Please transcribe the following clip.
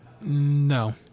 No